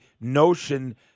notion